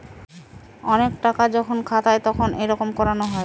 অনেক টাকা যখন খাতায় তখন এইরকম করানো হয়